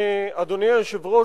אדוני היושב-ראש,